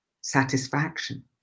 satisfaction